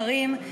שרים,